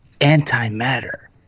anti-matter